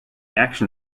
action